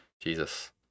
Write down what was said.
Jesus